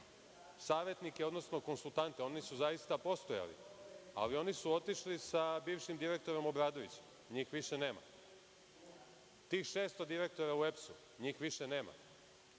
savetnike, odnosno konsultante, oni su zaista postojali, ali oni su otišli sa bivšim direktorom Obradovićem, njih više nema. Tih 600 direktora u EPS-u, njih više nema.